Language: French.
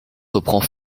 reprend